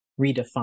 redefine